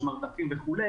שמרטפים וכו',